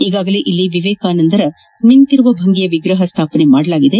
ಈಗಾಗಲೇ ಇಲ್ಲಿ ವಿವೇಕಾನಂದರ ನಿಂತಿರುವ ಭಂಗಿಯ ವಿಗ್ರಹ ಸ್ನಾಪನೆ ಮಾಡಲಾಗಿದೆ